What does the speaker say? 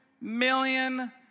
million